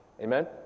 Amen